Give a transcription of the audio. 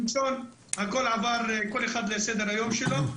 הכול עבר, כל אחד לסדר היום שלו.